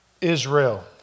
Israel